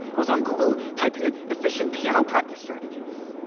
i was on google typing in efficient piano practice strategies.